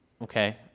Okay